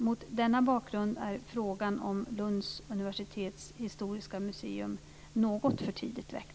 Mot denna bakgrund är frågan om Lunds universitets historiska museum något för tidigt väckt.